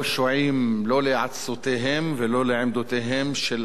לא לעצותיהם ולא לעמדותיהם של אנשים שעומדים